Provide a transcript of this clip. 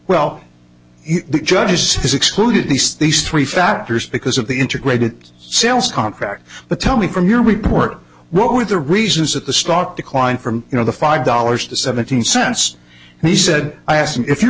well the judges has excluded these these three factors because of the integrated sales contract but tell me from your report what were the reasons that the stock declined from you know the five dollars to seventeen cents and he said i asked if you